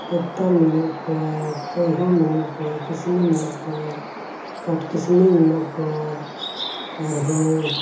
ᱯᱚᱛᱟᱢ ᱢᱮᱱᱟᱜ ᱠᱚᱣᱟ ᱠᱟᱹᱦᱩ ᱢᱮᱱᱟᱜ ᱠᱚᱣᱟ ᱠᱤᱥᱱᱤ ᱢᱮᱱᱟᱜ ᱠᱚᱣᱟ ᱠᱟᱴᱷ ᱠᱤᱥᱱᱤ ᱢᱮᱱᱟᱜ ᱠᱚᱣᱟ ᱟᱨᱦᱚᱸ